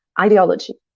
ideology